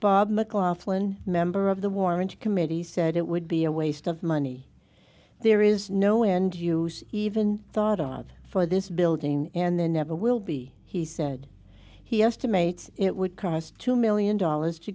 mclachlan member of the warrant committee said it would be a waste of money there is no end use even thought for this building and there never will be he said he estimates it would cost two million dollars to